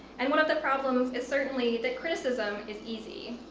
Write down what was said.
and one of the problems is certainly that criticism is easy.